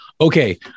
Okay